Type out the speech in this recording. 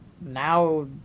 now